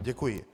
Děkuji.